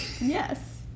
Yes